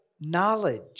knowledge